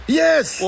yes